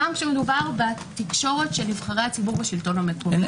גם כשמדובר בתקשורת של נבחרי הציבור בשלטון המקומי.